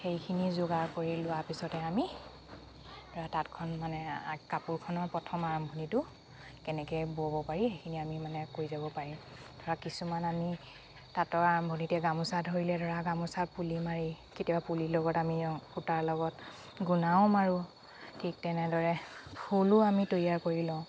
সেইখিনি যোগাৰ কৰি লোৱাৰ পিছতে আমি ধৰা তাঁতখন মানে কাপোৰখনৰ প্ৰথম আৰম্ভণিতো কেনেকে ব'ব পাৰি সেইখিনি আমি মানে কৈ যাব পাৰিম ধৰা কিছুমান আমি তাঁতৰ আৰম্ভণিতে গামোচা ধৰিলে ধৰা গামোচাৰ পুলি মাৰি কেতিয়াবা পুলিৰ লগত আমি সূতাৰ লগত গুণাও মাৰোঁ ঠিক তেনেদৰে ফুলো আমি তৈয়াৰ কৰি লওঁ